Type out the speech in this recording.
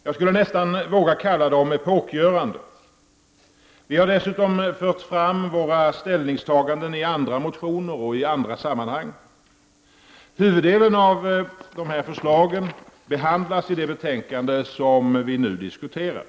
Jag skulle nästan vilja kalla dem epokgörande. Vi har dessutom fört fram våra ställningstaganden i andra motioner och i andra sammanhang. Huvuddelen av de förslagen behandlas i det betänkande som vi nu diskuterar.